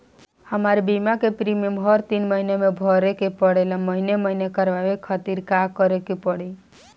हमार बीमा के प्रीमियम हर तीन महिना में भरे के पड़ेला महीने महीने करवाए खातिर का करे के पड़ी?